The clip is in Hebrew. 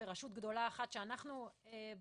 ברשות גדולה אחת שאנחנו בדקנו,